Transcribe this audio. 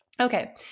Okay